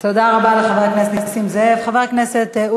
תודה רבה לחבר הכנסת נסים זאב.